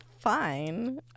Fine